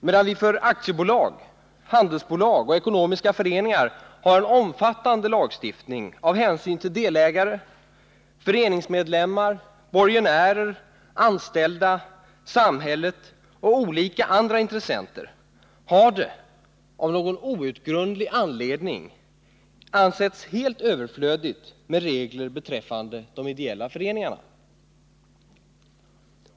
Medan vi för aktiebolag, handelsbolag och ekonomiska föreningar har en omfattande lagstiftning av hänsyn till delägare, föreningsmedlemmar, borgenärer, anställda, samhället och olika andra intressenter, har det av någon outgrundlig anledning ansetts helt överflödigt med regler beträffande de ideella föreningarna.